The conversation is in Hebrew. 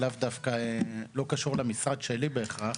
שהוא לא קשור למשרד שלי בהכרח,